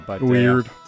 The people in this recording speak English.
Weird